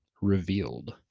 revealed